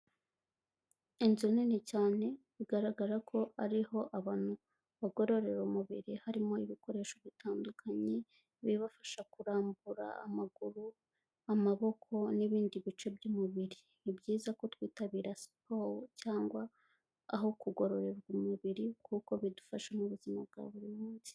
Inzu nini cyane bigaragara ko ariho abantu bagororera umubiri, harimo ibikoresho bitandukanye, ibibafasha kurambura amaguru, amaboko n'ibindi bice by'umubiri. Ni byiza ko twitabira siporo cyangwa aho kugororerwa umubiri, kuko bidufasha mu buzima bwa buri munsi.